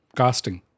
casting